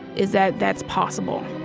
is that that's possible